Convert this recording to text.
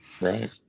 Right